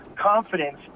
confidence